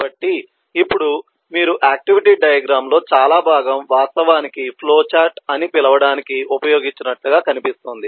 కాబట్టి ఇప్పుడు మీరు ఆక్టివిటీ డయాగ్రమ్ లో చాలా భాగం వాస్తవానికి ఫ్లో చార్ట్ అని పిలవడానికి ఉపయోగించినట్లుగా కనిపిస్తుంది